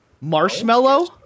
marshmallow